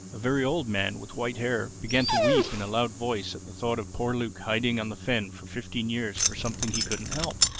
a very old man with white hair, began to weep in a loud voice at the thought of poor luke hiding on the fen for fifteen years for something he couldn't help.